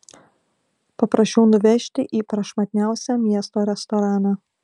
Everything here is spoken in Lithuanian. paprašiau nuvežti į prašmatniausią miesto restoraną